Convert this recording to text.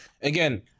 again